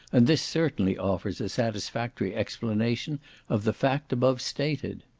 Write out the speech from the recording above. and this certainly offers a satisfactory explanation of the fact above stated.